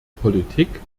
politik